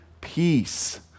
peace